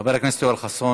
חבר הכנסת יואל חסון,